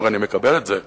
אני מקבל את זה לגמרי.